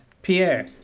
pierre?